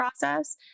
process